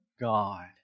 God